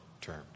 term